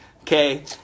Okay